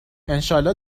انشاالله